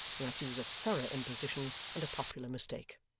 and that she was a thorough imposition and a popular mistake!